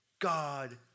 God